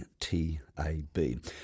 TAB